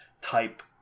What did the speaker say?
type